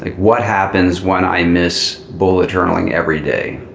like what happens when i miss bullet journaling every day?